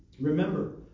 Remember